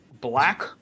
black